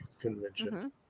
convention